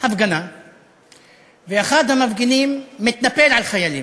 הפגנה ואחד המפגינים מתנפל על חיילים,